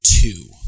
two